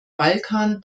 balkan